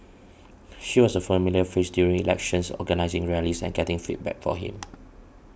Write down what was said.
she was a familiar face during elections organising rallies and getting feedback for him